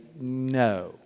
no